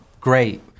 great